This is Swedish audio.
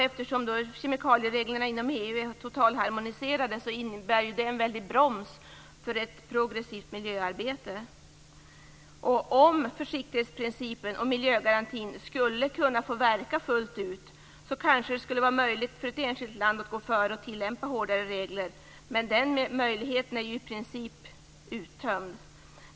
Eftersom kemikaliereglerna inom EU är totalharmoniserade innebär de en väldig broms för ett progressivt miljöarbete. Om försiktighetsprincipen och miljögarantin skulle få verka fullt ut, skulle det kanske vara möjligt för ett enskilt land att gå före och tillämpa hårdare regler. Men den möjligheten är i princip uttömd.